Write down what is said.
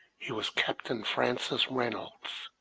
he was captain francis reynolds,